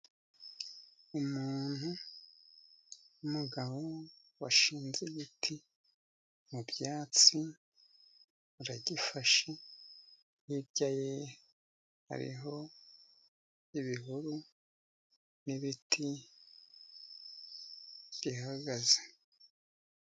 umuntu w'umugabo washinze igiti mu byatsi, aragifashe hirya ye hariho ibihuru, n'ibiti bihagaze.